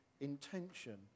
intention